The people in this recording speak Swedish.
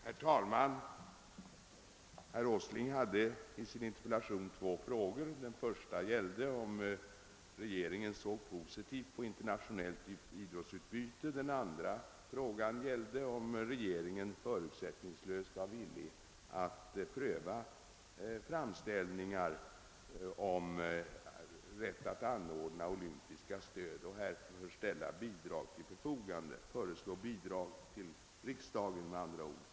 Herr talman! Herr Åsling ställde i sin interpellation två frågor. Den första gällde huruvida regeringen var positiv till ett internationellt idrottsutbyte och den andra om regeringen var villig att förutsättningslöst pröva framställningar om rätt att anordna olympiska spel och för detta ändamål föreslå riksdagen att anvisa bidrag.